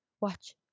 watch